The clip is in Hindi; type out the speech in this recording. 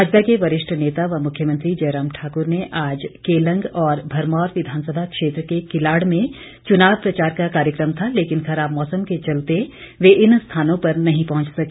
भाजपा के वरिष्ठ नेता व मुख्यमंत्री जयराम ठाकुर का आज केलंग और भरमौर विधानसभा क्षेत्र के किलाड़ में चुनाव प्रचार का कार्यक्रम था लेकिन खराब मौसम के चलते वे इन स्थानों पर नहीं पहुंच सके